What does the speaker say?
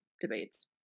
debates